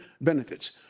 benefits